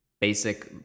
basic